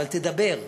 אבל תדבר,